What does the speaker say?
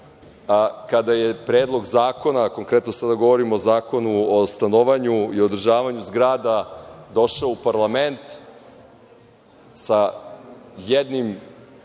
kada je predlog zakona, konkretno sada govorim o Zakonu o stanovanju i održavanju zgrada došao u parlament sa jednim